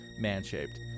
man-shaped